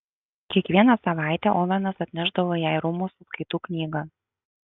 kiekvieną savaitę ovenas atnešdavo jai rūmų sąskaitų knygą